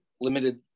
Limited